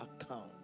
account